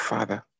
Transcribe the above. Father